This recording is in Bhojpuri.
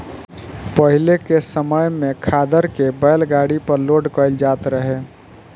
पाहिले के समय में खादर के बैलगाड़ी पर लोड कईल जात रहे